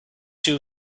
two